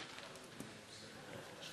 איננו פה.